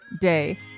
Day